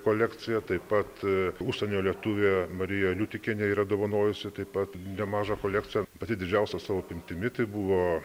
kolekcija taip pat užsienio lietuvė marija liutikienė yra dovanojusi taip pat nemažą kolekciją pati didžiausia savo apimtimi tai buvo